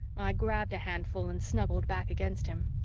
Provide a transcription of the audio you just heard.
i grabbed a handful and snuggled back against him.